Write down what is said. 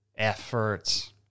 efforts